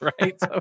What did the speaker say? Right